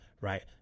right